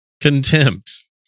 contempt